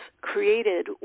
created